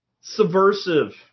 subversive